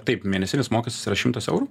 taip mėnesinis mokestis yra šimtas eurų